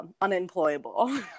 unemployable